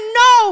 no